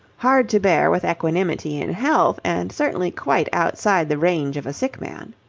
hard to bear with equanimity in health and certainly quite outside the range of a sick man.